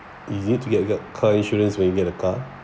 you need to get a car car insurance when you get a car